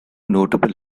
notable